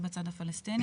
זה בצד הפלסטיני.